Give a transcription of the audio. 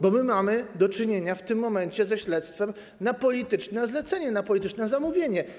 Bo my mamy do czynienia w tym momencie ze śledztwem na polityczne zlecenie, na polityczne zamówienie.